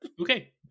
Okay